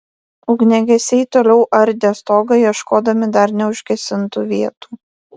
ugniagesiai toliau ardė stogą ieškodami dar neužgesintų vietų